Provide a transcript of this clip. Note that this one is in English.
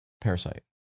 parasite